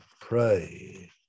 pray